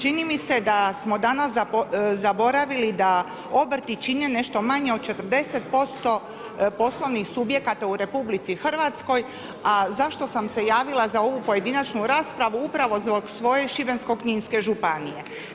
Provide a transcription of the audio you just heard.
Čini mi se da smo danas zaboravili da obrti čine nešto manje od 40% poslovnih subjekata u RH, a zašto sam se javila za ovu pojedinačnu raspravu, upravo zbog svoje Šibensko-kninske županije.